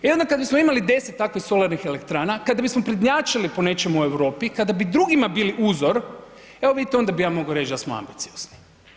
E onda kada bismo imali takvih 10 solarnih elektrana, kada bismo prednjačili po nečemu u Europi, kada bi drugima bili uzor evo vidite onda bih ja mogao reći da smo ambiciozni.